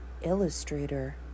illustrator